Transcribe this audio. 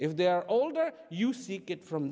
if they are older you seek it from